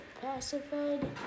pacified